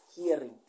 hearing